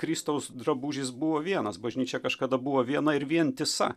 kristaus drabužis buvo vienas bažnyčia kažkada buvo viena ir vientisa